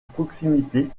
proximité